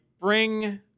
Bring